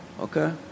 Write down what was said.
Okay